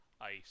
ice